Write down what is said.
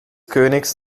königs